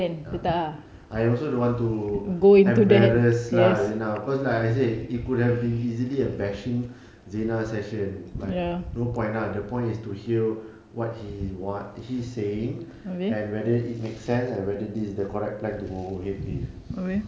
ah I also don't want to embarrass lah zina cause like I said it could have been easily a bashing zina session but no point lah the point is to hear what he want what he's saying and whether it makes sense and whether this is the correct plan to go ahead with